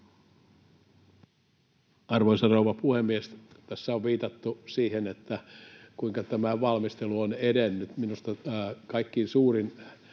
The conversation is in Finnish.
Arvoisa rouva puhemies! Tässä on viitattu siihen, kuinka tämä valmistelu on edennyt. Minusta kaikkein suurin